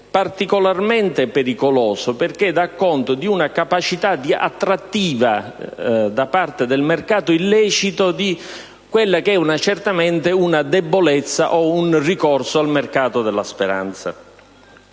particolarmente preoccupato perché dà conto di una capacità di attrattiva da parte del mercato illecito di quella che certamente è una debolezza o un ricorso al mercato della speranza.